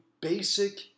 basic